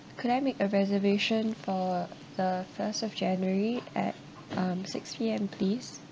could I make a reservation for the first of january at um six P_M please